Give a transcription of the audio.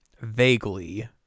Vaguely